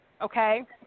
okay